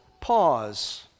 pause